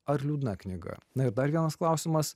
ar liūdna knyga na ir dar vienas klausimas